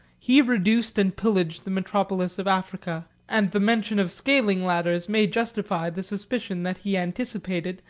he reduced and pillaged the metropolis of africa and the mention of scaling-ladders may justify the suspicion, that he anticipated,